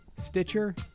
Stitcher